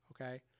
Okay